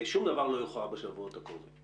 שום דבר לא יוכרע בשבועות הקרובים.